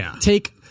take